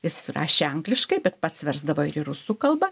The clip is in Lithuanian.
jis rašė angliškai bet pats versdavo ir į rusų kalbą